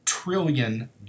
trillion